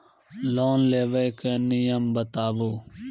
Loan लेबे के नियम बताबू?